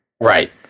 Right